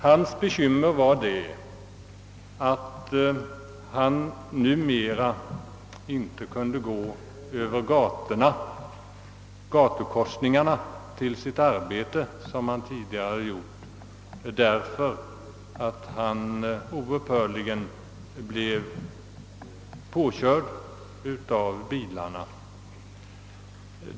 Hans bekymmer var att han numera inte kunde gå över gatukorsningarna på väg till sitt arbete som han tidigare hade gjort, därför att han oupphörligen blev påkörd av bilar.